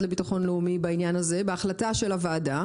לביטחון לאומי בעניין הזה בהחלטה של הוועדה,